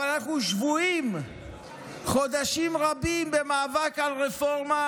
אבל אנחנו שבויים חודשים רבים במאבק על רפורמה,